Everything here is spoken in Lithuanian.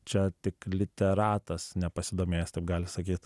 čia tik literatas nepasidomėjęs taip gali sakyt